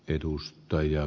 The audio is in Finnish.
edustajia